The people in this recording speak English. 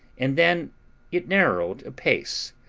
and then it narrowed apace,